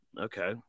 okay